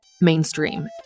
mainstream